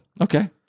Okay